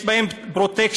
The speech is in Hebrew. יש בהם פרוטקשן,